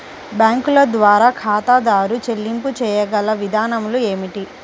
బ్యాంకుల ద్వారా ఖాతాదారు చెల్లింపులు చేయగల విధానాలు ఏమిటి?